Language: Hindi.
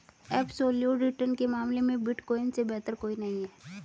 एब्सोल्यूट रिटर्न के मामले में बिटकॉइन से बेहतर कोई नहीं है